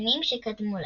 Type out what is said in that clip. השנים שקדמו לכך.